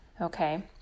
Okay